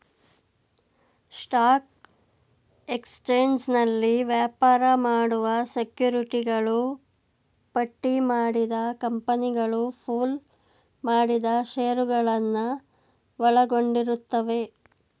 stock ಎಕ್ಸ್ಚೇಂಜ್ನಲ್ಲಿ ವ್ಯಾಪಾರ ಮಾಡುವ ಸೆಕ್ಯುರಿಟಿಗಳು ಪಟ್ಟಿಮಾಡಿದ ಕಂಪನಿಗಳು ಪೂಲ್ ಮಾಡಿದ ಶೇರುಗಳನ್ನ ಒಳಗೊಂಡಿರುತ್ತವೆ